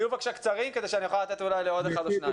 תהיו בבקשה קצרים כדי שאני אוכל לתת אולי לעוד אחד או שניים לדבר.